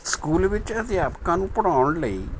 school ਵਿੱਚ ਅਧਿਆਪਕਾਂ ਨੂੰ ਪੜ੍ਹਾਉਣ ਲਈ